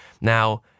Now